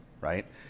right